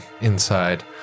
inside